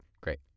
Great